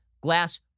glass